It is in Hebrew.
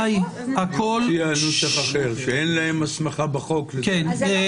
אין להם הסמכה בחוק לזה.